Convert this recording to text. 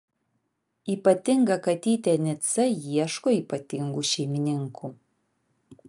ypatinga katytė nica ieško ypatingų šeimininkų